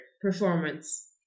performance